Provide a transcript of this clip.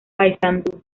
paysandú